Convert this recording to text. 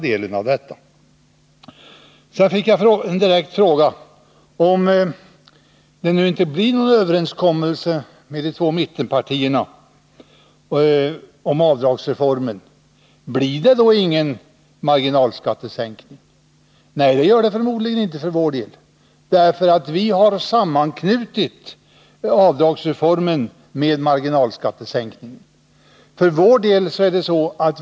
Jag fick en direkt fråga av Bo Lundgren: Om det nu inte blir någon överenskommelse med de två mittenpartierna om avdragsreformen, blir det då ingen marginalskattesänkning? Nej, det gör det förmodligen inte för vår del. Vi har nämligen sammanknutit avdragsreformen med marginalskattesänkningen.